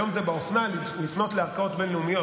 היום זה באופנה לפנות לערכאות בין-לאומיות,